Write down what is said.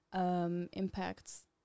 impacts